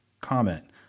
comment